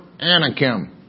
Anakim